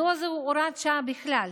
מדוע זו הוראת שעה בכלל?